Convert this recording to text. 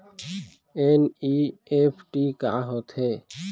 NEFT का होथे?